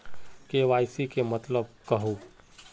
KYC के मतलब केहू?